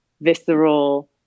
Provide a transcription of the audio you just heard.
visceral